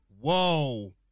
Whoa